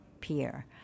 Pierre